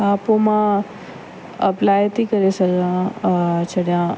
हा पोइ मां अप्लाई थी करे सघां और छॾियां